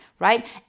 right